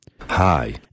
Hi